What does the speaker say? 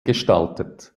gestaltet